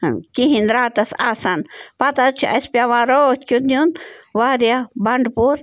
کِہیٖنۍ راتَس آسان پَتہٕ حظ چھِ اَسہِ پٮ۪وان رٲتھ کیُتھ نیُن واریاہ بَنٛڈٕپوٗر